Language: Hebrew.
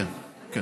זה